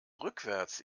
rückwärts